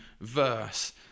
verse